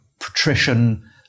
patrician